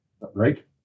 Right